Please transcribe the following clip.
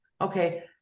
okay